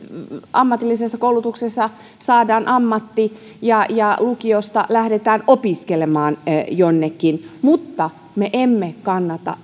ammatillisessa koulutuksessa saadaan ammatti ja lukiosta lähdetään opiskelemaan jonnekin mutta me emme kannata